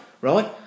Right